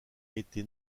été